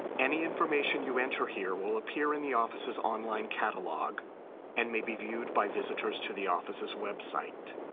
any information you enter here will appear in the office's online catalog and may be viewed by visitors to the office's website.